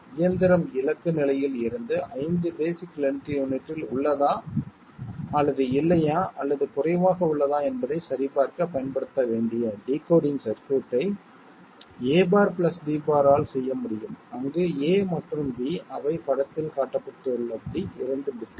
இயந்திரம் இலக்கு நிலையில் இருந்து 5 பேஸிக் லென்த் யூனிட் இல் உள்ளதா அல்லது இல்லையா அல்லது குறைவாக உள்ளதா என்பதைச் சரிபார்க்க பயன்படுத்தப்பட வேண்டிய டிகோடிங் சர்க்யூட்டை a' b' ஆல் செய்ய முடியும் அங்கு a மற்றும் b அவை படத்தில் காட்டப்பட்டுள்ளபடி இரண்டு பிட்கள்